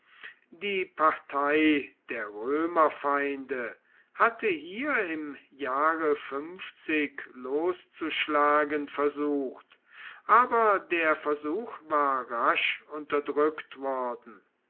die partei der römerfeinde hatte hier im jahre loszuschlagen versucht aber der versuch war rasch unterdrückt worden